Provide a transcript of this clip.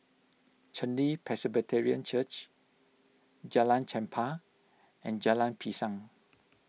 Chen Li Presbyterian Church Jalan Chempah and Jalan Pisang